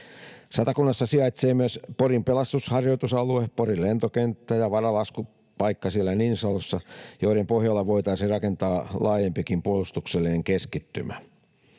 Satakunnassa sijaitsevat myös Porin pelastusharjoitusalue, Porin lentokenttä ja varalaskupaikka siellä Niinisalossa, joiden pohjalta voitaisiin rakentaa laajempikin puolustuksellinen keskittymä.